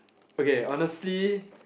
okay honestly